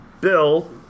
Bill